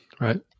Right